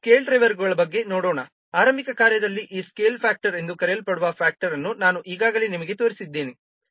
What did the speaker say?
ಈಗ ಸ್ಕೇಲ್ ಡ್ರೈವರ್ಗಳ ಬಗ್ಗೆ ನೋಡೋಣ ಆರಂಭಿಕ ಕಾರ್ಯದಲ್ಲಿ ಈ ಸ್ಕೇಲ್ ಫ್ಯಾಕ್ಟರ್ ಎಂದು ಕರೆಯಲ್ಪಡುವ ಫ್ಯಾಕ್ಟರ್ ಅನ್ನು ನಾನು ಈಗಾಗಲೇ ನಿಮಗೆ ತೋರಿಸಿದ್ದೇನೆ